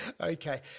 Okay